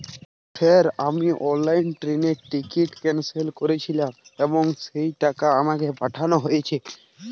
Sir আমি অনলাইনে ট্রেনের টিকিট ক্যানসেল করেছিলাম এবং সেই টাকা আমাকে পাঠানো হয়েছে?